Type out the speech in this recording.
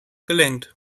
gelenkt